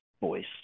Voice